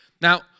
Now